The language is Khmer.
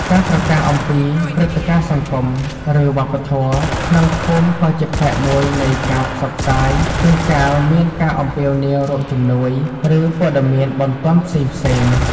ការប្រកាសអំពី ព្រឹត្តិការណ៍សង្គម ឬវប្បធម៌ ក្នុងភូមិក៏ជាផ្នែកមួយនៃការផ្សព្វផ្សាយ ជួនកាលមាន ការអំពាវនាវរកជំនួយ ឬ ព័ត៌មានបន្ទាន់ផ្សេងៗ។